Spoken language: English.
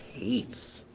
hates?